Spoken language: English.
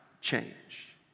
change